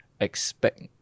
expect